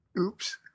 Oops